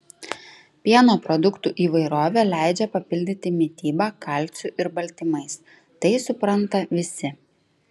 pieno produktų įvairovė leidžia papildyti mitybą kalciu ir baltymais tai supranta visi